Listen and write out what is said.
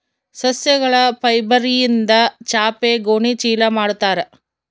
ಸಸ್ಯಗಳ ಫೈಬರ್ಯಿಂದ ಚಾಪೆ ಗೋಣಿ ಚೀಲ ಮಾಡುತ್ತಾರೆ